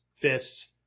fists